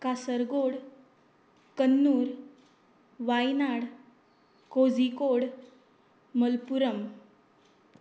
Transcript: Kasaragod Kannur Wayanad Kozhikode Malappuram